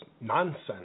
nonsense